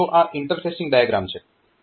તો આ interfacing diagram છે